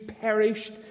perished